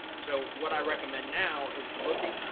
so what i recommend now is looking